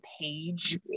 page